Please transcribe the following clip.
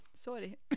sorry